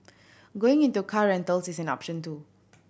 going into car rentals is an option too